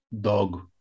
dog